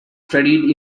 studied